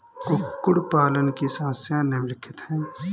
कुक्कुट पालन की समस्याएँ निम्नलिखित हैं